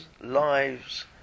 lives